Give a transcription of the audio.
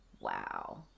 Wow